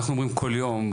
אנחנו אומרים כל יום,